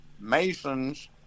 Masons